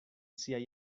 siaj